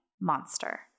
monster